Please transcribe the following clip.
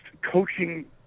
Coaching